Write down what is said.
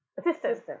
Assistant